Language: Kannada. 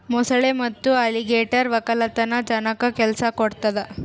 ಮೊಸಳೆ ಮತ್ತೆ ಅಲಿಗೇಟರ್ ವಕ್ಕಲತನ ಜನಕ್ಕ ಕೆಲ್ಸ ಕೊಡ್ತದೆ